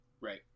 right